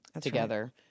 together